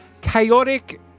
chaotic